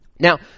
Now